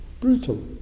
brutal